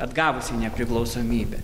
atgavusi nepriklausomybę